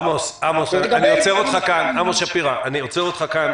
עמוס שפירא, אני עוצר אותך כאן.